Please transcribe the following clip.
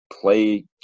play